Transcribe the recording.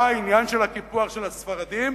היה העניין של הקיפוח של הספרדים,